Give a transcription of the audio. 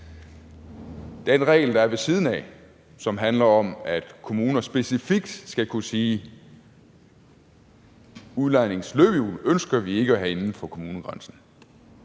Den regel, der er ved siden af, og som handler om, at kommuner specifikt skal kunne sige, at de ikke ønsker at have udlejningsløbehjul inden for kommunegrænsen,